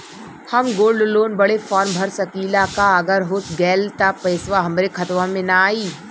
हम gold loan बड़े form भर सकी ला का अगर हो गैल त पेसवा हमरे खतवा में आई ना?